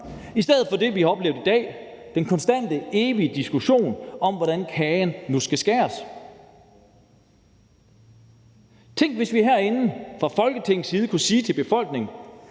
i stedet for det, vi har oplevet i dag, nemlig den konstante, evige diskussion om, hvordan kagen nu skal skæres. Tænk, hvis vi herinde fra Folketingets side kunne sige til befolkningen,